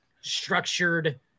structured